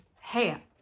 Hey